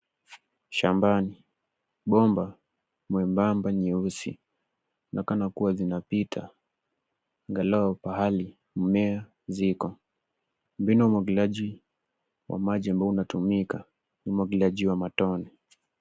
Shambani, bomba mwembamba nyeusi inaonekana kuwa zinapita angalau pahali mimea ziko. Mbinu ya umwagiliaji wa maji ambao unatumika ni umwagiliaji wa matone.